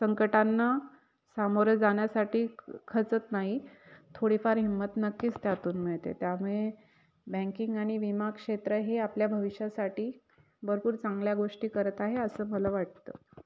संकटांना सामोरे जान्यासाठी खचत नाही थोडीफार हिंमत नक्कीच त्यातून मिळते त्यामुळे बँकिंग आणि विमा क्षेत्र हे आपल्या भविष्यासाठी भरपूर चांगल्या गोष्टी करत आहे असं मला वाटतं